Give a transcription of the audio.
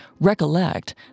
Recollect